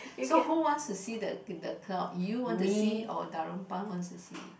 so who wants to see the the cloud you want to see or Darunpan wants to see